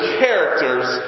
characters